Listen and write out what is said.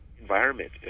environment